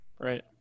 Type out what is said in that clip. right